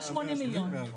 180 מיליון.